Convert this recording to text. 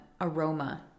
aroma